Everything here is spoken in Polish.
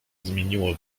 zmieniło